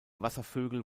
wasservögel